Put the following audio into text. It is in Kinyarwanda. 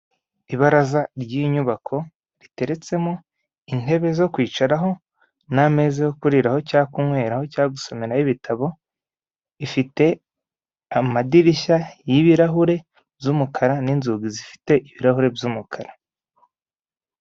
Ibaraza ry'iyi nyubako riteretsemo intebe zo kwicaraho, n'ameza yo kuriraho cyangwa kunyweraho cyangwa gusomeraho ibitabo, ifite amadirishya y'ibirahure z'umukara n'inzugi zifite ibirahure by'umukara.